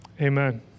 Amen